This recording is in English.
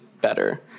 better